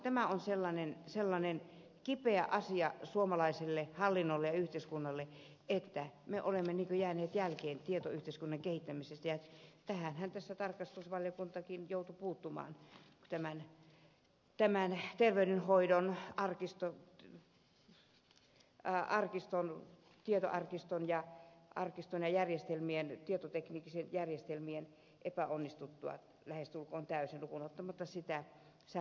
tämä on kipeä asia suomalaiselle hallinnolle ja yhteiskunnalle että me olemme jääneet jälkeen tietoyhteiskunnan kehittämisessä ja tähänhän tarkastusvaliokuntakin joutui puuttumaan terveydenhoidon tietoarkiston ja tietoteknisten järjestelmien epäonnistuttua lähestulkoon täysin lukuun ottamatta sähköistä reseptiä